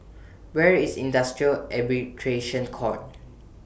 Where IS Industrial Arbitration Court